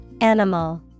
Animal